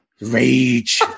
rage